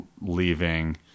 leaving